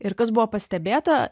ir kas buvo pastebėta